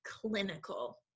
clinical